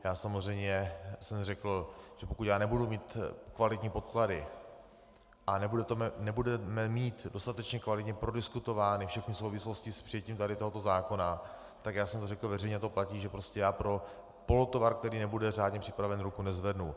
Já samozřejmě jsem řekl, že pokud nebudu mít kvalitní podklady a nebudeme mít dostatečně kvalitně prodiskutovány všechny souvislosti s přijetím tohoto zákona, tak jsem to řekl veřejně a to platí, že prostě já pro polotovar, který nebude řádně připraven, ruku nezvednu.